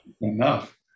Enough